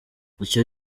icyo